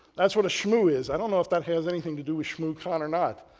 that's what the shmoo is. i don't know if that has anything to do with shmoocon or not.